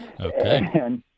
Okay